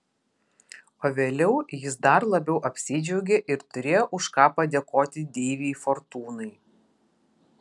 o vėliau jis dar labiau apsidžiaugė ir turėjo už ką padėkoti deivei fortūnai